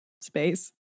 space